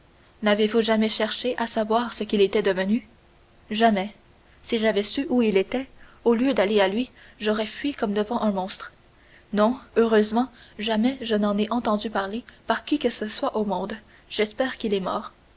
n'avez-vous jamais cherché à savoir ce qu'il était devenu jamais si j'avais su où il était au lieu d'aller à lui j'aurais fui comme devant un monstre non heureusement jamais je n'en ai entendu parler par qui que ce soit au monde j'espère qu'il est mort